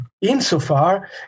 Insofar